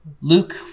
Luke